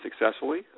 successfully